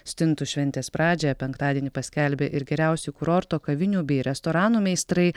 stintų šventės pradžią penktadienį paskelbė ir geriausių kurorto kavinių bei restoranų meistrai